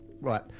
Right